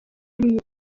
ari